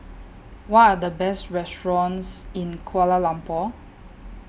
What Are The Best restaurants in Kuala Lumpur